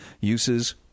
uses